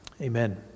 Amen